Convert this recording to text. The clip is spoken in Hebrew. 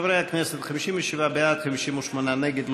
חברי הכנסת, 57 בעד, 58 נגד.